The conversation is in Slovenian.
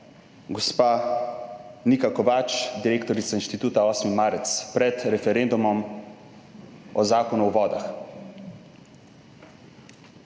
gospa Nika Kovač, direktorica Inštituta 8. marec pred referendumom o Zakonu o vodah.